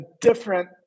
different